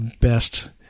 best